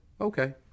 okay